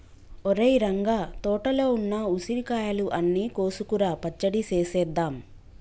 ఒరేయ్ రంగ తోటలో ఉన్న ఉసిరికాయలు అన్ని కోసుకురా పచ్చడి సేసేద్దాం